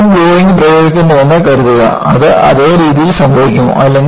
ഞാൻ വീണ്ടും ലോഡ് പ്രയോഗിക്കുന്നുവെന്ന് കരുതുക അത് അതേ രീതിയിൽ സംഭവിക്കുമോ